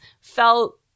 felt